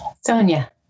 Sonia